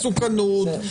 מסוכנות,